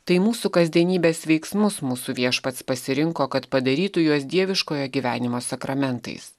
tai mūsų kasdienybės veiksmus mūsų viešpats pasirinko kad padarytų juos dieviškojo gyvenimo sakramentais